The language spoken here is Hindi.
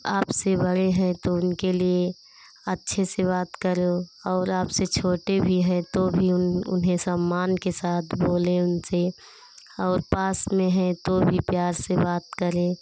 आपसे बड़े हैं तो उनके लिए अच्छे से बात करो और आपसे छोटे भी हैं तो भी उन्हें सम्मान के साथ बोलें उनसे और पास में हैं तो भी प्यार से बात करें